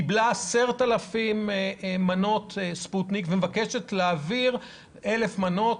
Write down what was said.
קיבלה 10,000 מנות ספוטניק ומבקשת להעביר 1,000 מנות